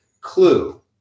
Clue